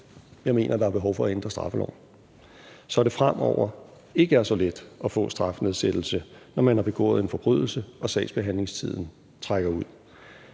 jeg mener, at der er behov for at ændre straffeloven, så det fremover ikke er så let at få strafnedsættelse, når man har begået en forbrydelse og sagsbehandlingstiden trækker ud.